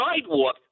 sidewalk